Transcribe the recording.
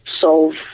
solve